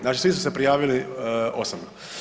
Znači svi su se prijavili osobno.